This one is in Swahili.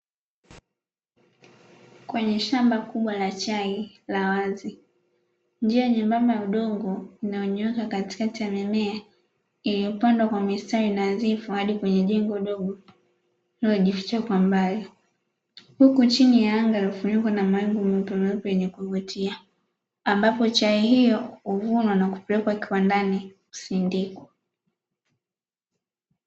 Kwenye shamba kubwa la chai la wazi njia nyembamba ya udongo inayonyooka katikati ya mimea iliyopandwa kwa mistari nadhifu hadi wenye jengo dogo lililojificha kwa mbali, huku chini ya anga limefunikwa na mawingu meupemeupe ya kuvutia ambapo chai hiyo huvunwa na kupelekwa kiwandani kusindikwa.